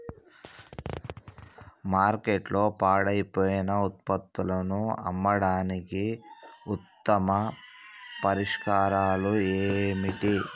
మార్కెట్లో పాడైపోయిన ఉత్పత్తులను అమ్మడానికి ఉత్తమ పరిష్కారాలు ఏమిటి?